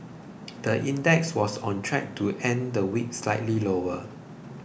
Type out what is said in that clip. the index was on track to end the week slightly lower